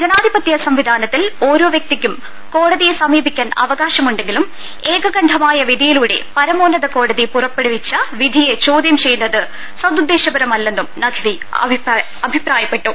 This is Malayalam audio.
ജനാധിപത്യ സംവിധാനത്തിൽ ഓരോ വൃക്തിക്കും കോട തിയെ സമീപിക്കാൻ അവകാശമുണ്ടെങ്കിലും ഏകകണ്ഠമായ വിധിയിലൂടെ പരമോന്നത കോടതി പുറപ്പെടുവിച്ച വിധിയെ ചോദ്യം ചെയ്യുന്നത് സദുദ്ദേശപരമല്ലെന്നും നഖ്വി അഭിപ്രായ പ്പെട്ടു